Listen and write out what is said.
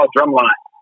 Drumline